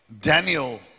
Daniel